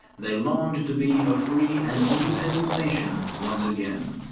they longed to be a free and independent nation once again.